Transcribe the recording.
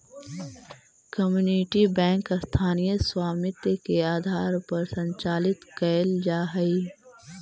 community bank स्थानीय स्वामित्व के आधार पर संचालित कैल जा हइ